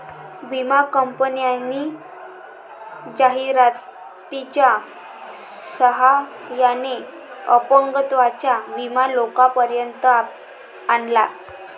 विमा कंपन्यांनी जाहिरातीच्या सहाय्याने अपंगत्वाचा विमा लोकांपर्यंत आणला